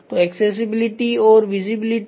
तो एक्सेसिबिलिटी और विजिबिलिटी